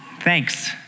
Thanks